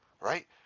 right